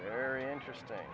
very interesting